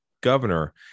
governor